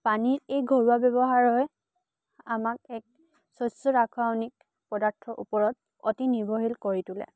পানী এই ঘৰুৱা ব্যৱহাৰে আমাক এক স্বচ্ছ ৰাসায়নিক পদাৰ্থৰ ওপৰত অতি নিৰ্ভৰশীল কৰি তোলে